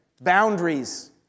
boundaries